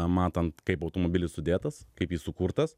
matant kaip automobilis sudėtas kaip jis sukurtas